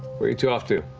where you two off to?